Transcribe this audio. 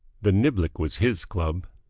the niblick was his club.